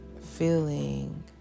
feeling